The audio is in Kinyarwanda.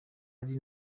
ari